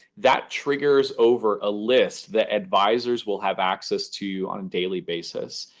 that triggers over a list that advisers will have access to on daily basis.